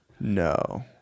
No